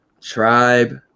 Tribe